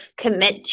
commit